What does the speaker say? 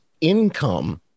income